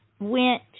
went